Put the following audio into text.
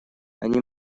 они